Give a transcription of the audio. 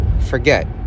forget